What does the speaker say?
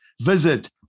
visit